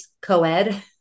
co-ed